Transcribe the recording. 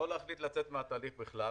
או להחליט לצאת מהתהליך בכלל,